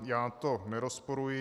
Já to nerozporuji.